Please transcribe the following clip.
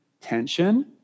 tension